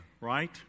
right